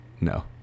No